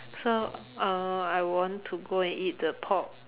so uh I want to go and eat the pork